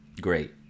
great